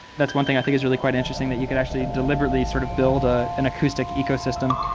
that's one thing i think is really quite interesting, that you can actually deliberately sort of build ah an acoustic ecosystem.